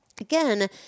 Again